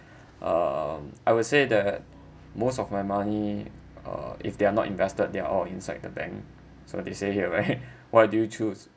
um I would say that most of my money or if they are not invested they are all inside the bank so they say you're right why do you choose